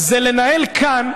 זה לנהל כאן,